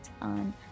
on